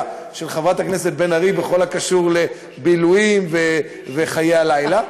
של חברת הכנסת בן ארי בכל הקשור לבילויים וחיי הלילה.